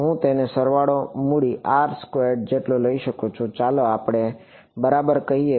હું તેને સરવાળો મૂડી R સ્ક્વેર્ડ જેટલો લઈ શકું ચાલો આપણે બરાબર કહીએ